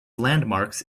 landmarks